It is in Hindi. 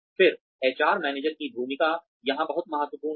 फिर एचआर मैनेजर की भूमिका यहां बहुत महत्वपूर्ण है